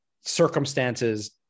circumstances